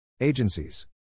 Agencies